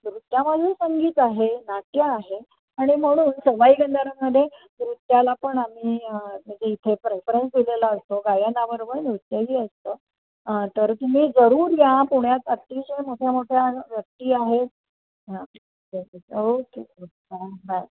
नृत्यामध्येही संगीत आहे नाट्य आहे आणि म्हणून सवाई गंधर्वमध्ये नृत्याला पण आम्ही म्हणजे इथे प्रेफरन्स दिलेला असतो गायनाबरोबर नृत्यही असतं तर तुम्ही जरूर या पुण्यात अतिशय मोठ्या मोठ्या व्यक्ती आहे हां ओके ओके हां बाय